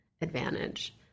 advantage